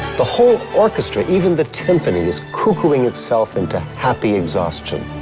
the whole orchestra, even the timpani, is cuckooing itself into happy exhaustion.